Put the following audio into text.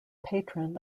patron